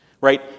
Right